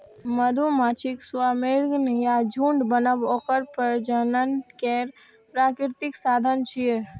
मधुमाछीक स्वार्मिंग या झुंड बनब ओकर प्रजनन केर प्राकृतिक साधन छियै